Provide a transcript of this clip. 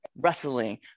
wrestling